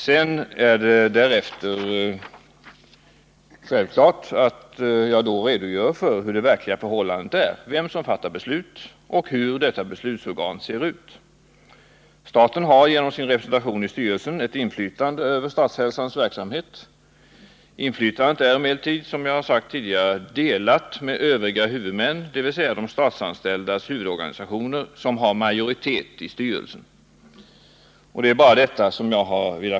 Därefter var det självklart att jag redogjorde för hur det verkliga förhållandet är, vem som fattar beslut och hur detta beslutsorgan ser ut. Staten har genom sin representation i styrelsen ett inflytande över Statshälsans verksamhet. Inflytandet är emellertid, som jag har sagt tidigare, delat med övriga huvudmän, dvs. de statsanställdas huvudorganisationer, som har majoritet i styrelsen. Det är bara detta jag har velat framhålla.